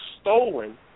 stolen